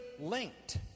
linked